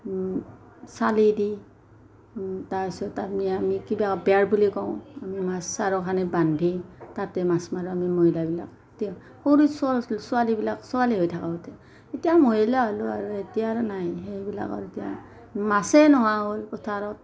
চালি দি তাপিছত আপুনি আমি কিবা বেৰ বুলি কওঁ আমি মাছ চাৰিওকাণে বান্ধি তাতে মাছ মাৰোঁ আমি মহিলাবিলাক সৰু ছোৱালী আছিলোঁ ছোৱালীবিলাক ছোৱালী হৈ থাকোঁতে এতিয়া মহিলা হ'লোঁ আৰু এতিয়া আৰু নাই সেইবিলাক আৰু এতিয়া মাছেই নোহোৱা হ'ল পথাৰত